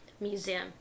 Museum